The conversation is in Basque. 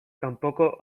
kanpoko